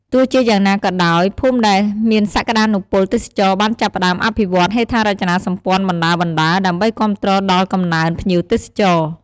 ទោះជាយ៉ាងណាក៏ដោយ ភូមិដែលមានសក្តានុពលទេសចរណ៍បានចាប់ផ្តើមអភិវឌ្ឍហេដ្ឋារចនាសម្ព័ន្ធបណ្តើរៗ ដើម្បីគាំទ្រដល់កំណើនភ្ញៀវទេសចរ។